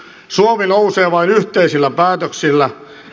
suomi nousee vain yhteisillä päätöksillä